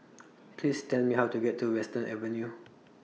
Please Tell Me How to get to Western Avenue